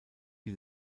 die